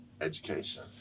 education